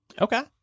Okay